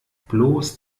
bloß